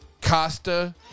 Costa